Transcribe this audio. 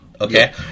Okay